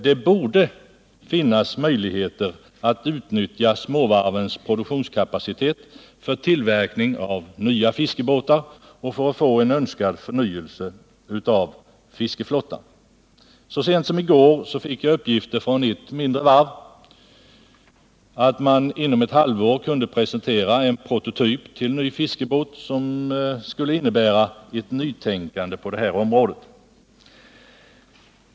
Det borde finnas möjligheter att utnyttja småvarvens produktionskapacitet för tillverkning av nya fiskebåtar och för att få en önskad förnyelse av fiskeflottan. Så sent som i går fick jag uppgifter från ett mindre varv, att man inom ett halvår kunde presentera en prototyp till ny fiskebåt som skulle innebära ett nytänkande på detta område.